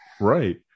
right